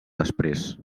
després